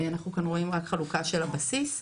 מתוך שכר וגמלאות,